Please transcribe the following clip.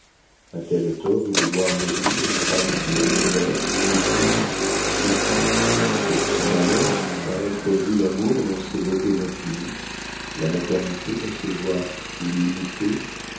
a-t-elle tort de vouloir mourir la femme qui n'est ni mère ni épouse et qui pour son malheur a entrevu l'amour dans ses beautés infinies la maternité dans ses joies illimitées